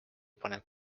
paneb